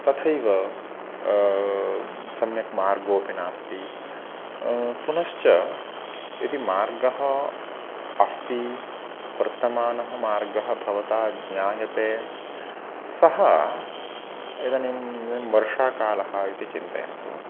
तथैव सम्यक् मार्गोऽपि नास्ति पुनश्च यदि मार्गः अस्ति वर्तमानः मार्गः भवता ज्ञायते सः इदानीं वर्षाकालः इति चिन्तयन्तु